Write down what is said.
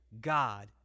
God